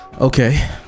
Okay